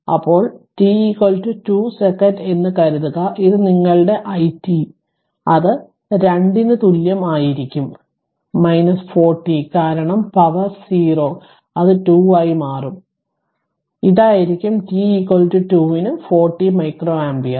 ഇപ്പോൾ t 2 second എന്ന് കരുതുക ഇത് നിങ്ങളുടെ it അത് 2 നു തുല്യം ആയിരിക്കും 40 കാരണം പവർ 0 അത് 2 ആയി മാറും അത് ഇതായിരിക്കും t 2 ന് 40 മൈക്രോഅമ്പിയർ